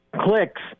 clicks